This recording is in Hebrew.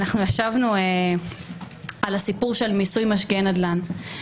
אנחנו ישבנו על הסיפור של מיסוי משקיעי נדל"ן.